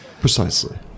Precisely